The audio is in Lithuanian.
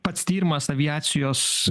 pats tyrimas aviacijos